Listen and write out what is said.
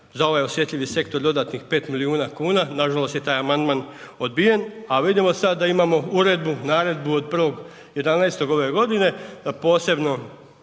za ovaj osjetljivi sektor dodatnih 5 milijuna kuna, nažalost je taj amandman odbijen, a vidimo sad da imamo uredbu, naredbu od 1.11. ove godine, da posebno